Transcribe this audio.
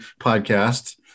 podcast